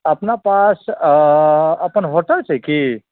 अपना पास अपन होटल चाही की